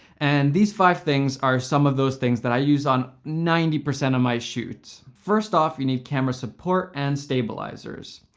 and these five things are some of those things that i use on ninety percent of my shoots. first off, you need camera support and stabilizers.